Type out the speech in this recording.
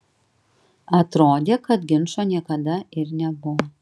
atrodė kad ginčo niekada ir nebuvo